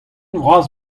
vras